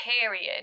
period